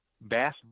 bass